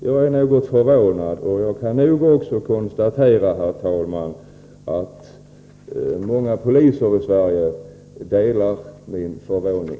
Jag är något förvånad, och jag kan nog också konstatera, herr talman, att många poliser i Sverige delar min förvåning.